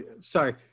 sorry